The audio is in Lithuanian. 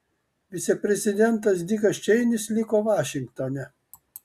viceprezidentas dikas čeinis liko vašingtone